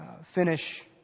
finish